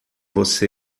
você